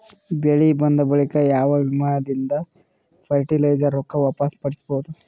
ಬೆಳಿ ಬಂದ ಬಳಿಕ ಯಾವ ವಿಮಾ ದಿಂದ ಫರಟಿಲೈಜರ ರೊಕ್ಕ ವಾಪಸ್ ಪಡಿಬಹುದು?